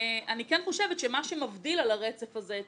אני כן חושבת שמה שמבדיל על הרצף הזה את